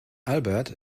albert